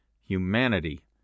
humanity